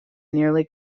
nearly